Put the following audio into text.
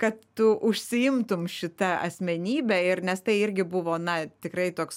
kad tu užsiimtum šita asmenybe ir nes tai irgi buvo na tikrai toks